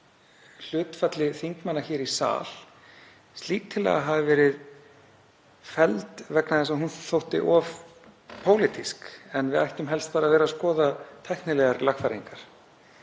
hlutfalli þingmanna hér í sal hafi verið felld vegna þess að hún þótti of pólitísk en við ættum helst að vera að skoða tæknilegar lagfæringar.